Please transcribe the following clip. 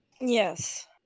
Yes